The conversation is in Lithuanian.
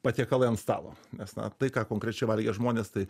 patiekalai ant stalo nes na tai ką konkrečiai valgė žmonės tai